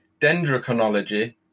dendrochronology